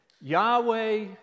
yahweh